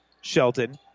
Shelton